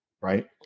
Right